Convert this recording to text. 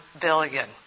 billion